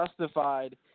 justified